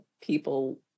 people